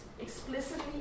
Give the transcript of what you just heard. Explicitly